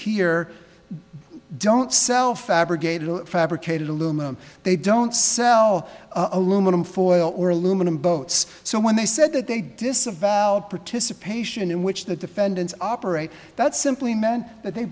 here don't self abrogate fabricated aluminum they don't sell aluminum foil or aluminum boats so when they said that they disavowed participation in which the defendants operate that simply meant that they